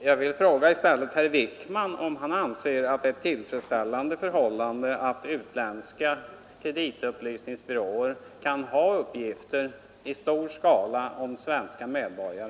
Jag vill fråga herr Wiikman om han anser det tillfredsställande att utländska kreditupplysningsbyråer kan ha uppgifter i stor skala om svenska medborgare?